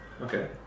Okay